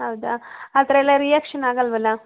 ಹೌದಾ ಆ ಥರ ಎಲ್ಲ ರಿಯಾಕ್ಷನ್ ಆಗೋಲ್ವಲ್ಲ